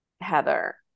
Heather